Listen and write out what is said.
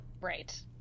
Right